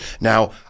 now